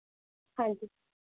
ਹਾਂਜੀ